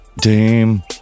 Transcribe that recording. Dame